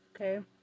Okay